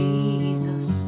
Jesus